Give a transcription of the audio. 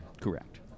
Correct